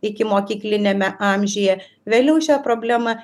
ikimokykliniame amžiuje vėliau šią problemą